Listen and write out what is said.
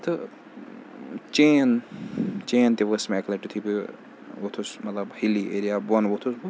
تہٕ چین چین تہِ وٕژھ مےٚ اَکہِ لَٹہِ یُتھُے بہٕ ووٚتھُس مطلب ہِلی ایریا بۄن ووٚتھُس بہٕ